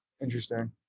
Interesting